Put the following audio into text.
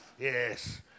Yes